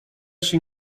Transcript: się